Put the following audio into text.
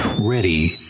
Ready